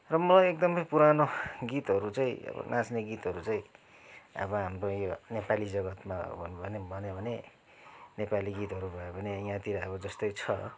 र म एकदमै पुरानो गीतहरू चाहिँ अब नाच्ने गीतहरू चाहिँ अब हाम्रो यो नेपाली जगतमा भनौँ भने भन्यो भने नेपाली गीतहरू भयो भने यहाँतिर अब जस्तै छ